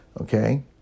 okay